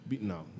No